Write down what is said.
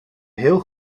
heel